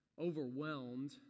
overwhelmed